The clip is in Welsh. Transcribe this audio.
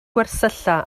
gwersylla